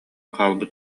хаалбыт